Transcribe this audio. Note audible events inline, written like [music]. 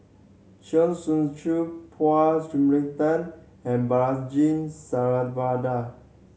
Chong Tze Chien Paul [unintelligible] and Balaji [unintelligible]